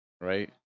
right